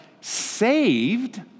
saved